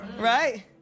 right